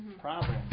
problem